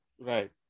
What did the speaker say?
Right